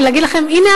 להגיד לכם: הנה,